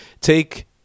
take